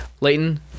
Layton